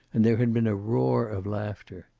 and there had been a roar of laughter.